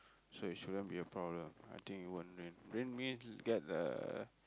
so it shouldn't be a problem I think it won't rain rain means get the